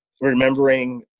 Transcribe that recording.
Remembering